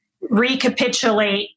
recapitulate